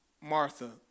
Martha